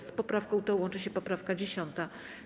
Z poprawką tą łączy się poprawka 10.